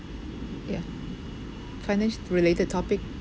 ya financial related topic